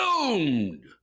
doomed